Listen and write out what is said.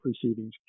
proceedings